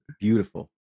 beautiful